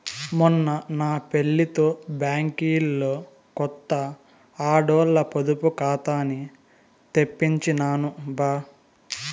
మొన్న నా పెళ్లితో బ్యాంకిలో కొత్త ఆడోల్ల పొదుపు కాతాని తెరిపించినాను బా